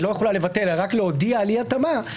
לא יכולה לבטל אלא רק להודיע על אי-התאמה,